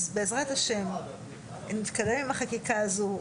בעזרת השם נתקדם עם החקיקה הזו,